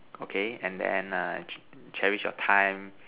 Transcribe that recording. okay and then err cherish your time